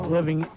Living